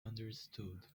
understood